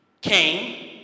came